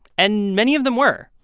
and many of them were.